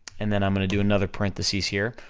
and then i'm gonna do another parenthesis here,